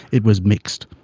it was mixed.